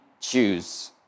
choose